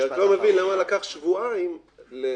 אני רק לא מבין למה לקח שבועיים לחברת